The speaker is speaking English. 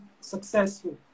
successful